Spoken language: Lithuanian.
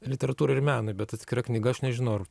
literatūrai ir menui bet atskira knyga aš nežinau ar